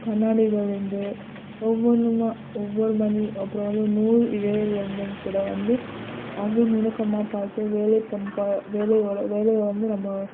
கண்ணாடிகள்லேருந்து ஒவ்வொன்றும் ஒவ்வொரு மணி அப்புறம் வந்து நூல் இழையிலேருந்தும் கூட வந்து அவ்வளோ நுணுக்கமாக பார்த்து வேலை வேலையோட வேலையை வந்து நம்ம